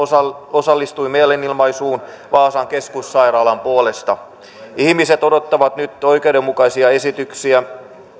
osallistui mielenilmaisuun vaasan keskussairaalan puolesta ihmiset odottavat nyt oikeudenmukaisia esityksiä